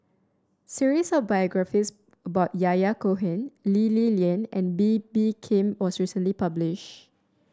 series of biographies about Yahya Cohen Lee Li Lian and Bee Bee Khim was recently publish